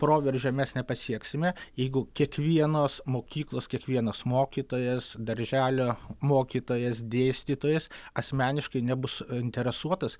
proveržio mes nepasieksime jeigu kiekvienos mokyklos kiekvienas mokytojas darželio mokytojas dėstytojas asmeniškai nebus interesuotas